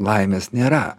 laimės nėra